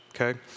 Okay